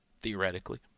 theoretically